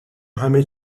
همه